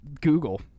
Google